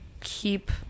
keep